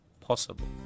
possible